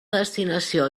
destinació